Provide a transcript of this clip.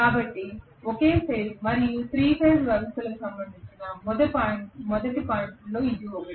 కాబట్టి ఒకే ఫేజ్ మరియు 3 ఫేజ్ వ్యవస్థలకు సంబంధించిన మొదటి పాయింట్లలో ఇది ఒకటి